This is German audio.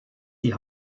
die